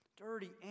dirty